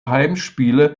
heimspiele